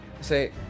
say